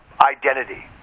Identity